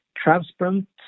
transparent